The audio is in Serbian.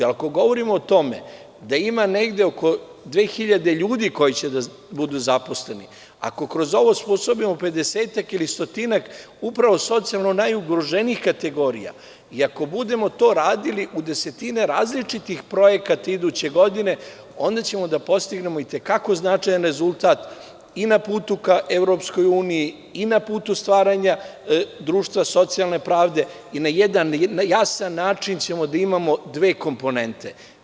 Ako govorimo o tome da ima negde oko 2.000 ljudi koji će da budu zaposleni, ako kroz ovo osposobimo pedesetak ili stotinak, upravo socijalno najugroženijih kategorija i ako budemo to radili u desetine različitih projekata iduće godine, onda ćemo da postignemo i te kako značajan rezultat i na putu ka EU i na putu stvaranja društva socijalne pravde, jer na jedan jasan način ćemo da i mamo dve komponente.